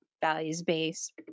values-based